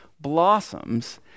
blossoms